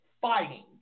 fighting